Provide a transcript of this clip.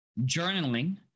Journaling